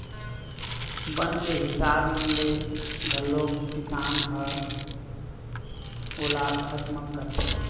बन के हिसाब ले घलोक किसान ह ओला खतम करथे